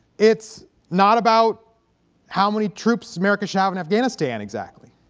it's not about how many troops americans should have in afghanistan exactly